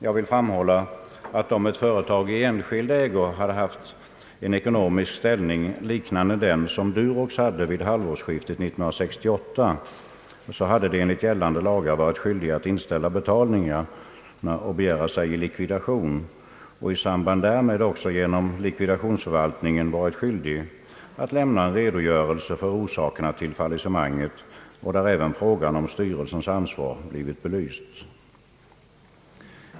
Jag vill framhålla att om ett företag i enskild ägo hade haft en ekonomisk ställning liknande den Durox hade vid halvårsskiftet 1968 hade det enligt gällande lagar varit skyldigt att inställa betalningarna och begära sig i likvidation. I samband därmed hade det också genom likvidationsförvaltningen varit skyldigt att lämna en redogörelse för orsakerna till fallissemanget. Även frågan om styrelsens ansvar skulle då ha blivit belyst.